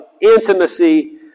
intimacy